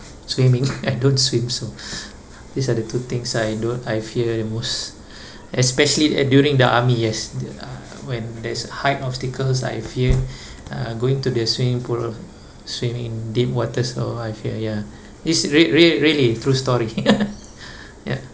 screaming I don't swim so these are the two things I don't I fear the most especially at during the army yes the uh when there's height obstacles I fear uh going to the swimming pool swimming in deep waters oh I fear ya it's re~ re~ really true story ya